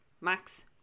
max